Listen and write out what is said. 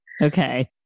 okay